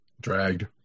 dragged